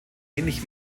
ähnlich